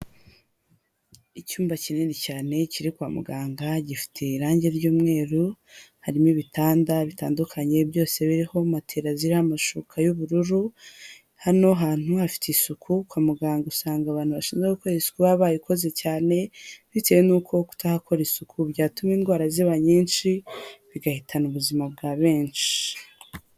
Icyumba kinini cyane kiri kwa muganga gifite irange ry'umweru, harimo ibitanda bitandukanye byose biriho matela ziriho amashuka y'ubururu, hano hantu hafite isuku kwa muganga usanga abantu bashinzwe gukora isuku bayikoze cyane, bitewe n'uko kutahakora isuku byatuma indwara ziba nyinshi bigahitana ubuzima bwa benshi.